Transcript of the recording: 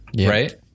right